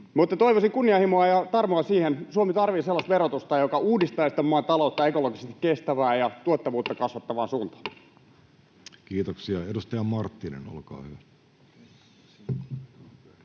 toivoisin kunnianhimoa ja tarmoa siihen. Suomi tarvitsee sellaista verotusta, joka uudistaisi tämän maan taloutta ekologisesti kestävään ja tuottavuutta kasvattavaan suuntaan. Kiitoksia. — Edustaja Marttinen, olkaa hyvä.